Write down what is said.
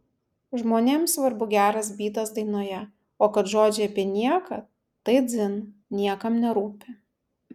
žmonėm svarbu geras bytas dainoje o kad žodžiai apie nieką tai dzin niekam nerūpi